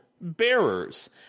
bearers